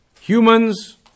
humans